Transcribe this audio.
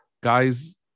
guy's